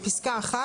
בפסקה (1),